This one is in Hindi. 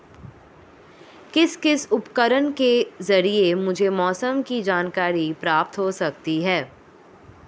किस किस उपकरण के ज़रिए मुझे मौसम की जानकारी प्राप्त हो सकती है?